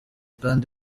kandi